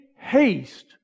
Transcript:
haste